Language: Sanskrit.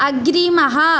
अग्रिमः